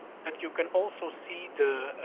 but you can also see the,